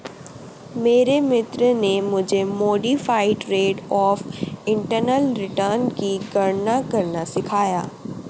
मेरे मित्र ने मुझे modified rate of internal return की गणना करना सिखाया